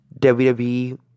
WWE